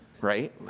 right